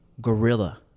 gorilla